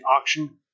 Auction